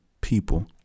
people